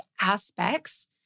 aspects